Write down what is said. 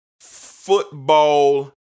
football